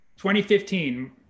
2015